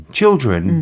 children